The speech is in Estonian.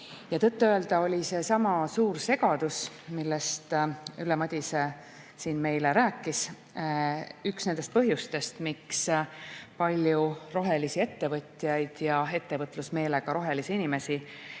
Tõtt-öelda oli seesama suur segadus, millest Ülle Madise meile rääkis, üks põhjustest, miks palju rohelisi ettevõtjaid ja ettevõtlusmeelega rohelisi inimesi